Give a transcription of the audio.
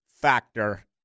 factor